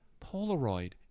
Polaroid